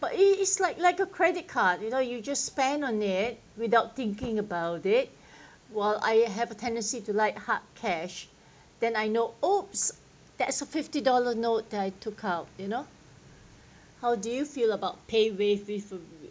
but it is like like a credit card you know you just spend on it without thinking about it while I have a tendency to like hard cash then I know !oops! that's a fifty dollar note that I took out you know how do you feel about paywave with